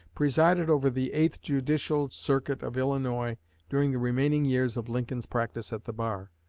presided over the eighth judicial circuit of illinois during the remaining years of lincoln's practice at the bar.